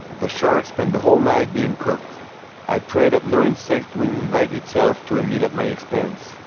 the shark spent the whole night being cooked i prayed that no insect will invite itself to a meal at my expense.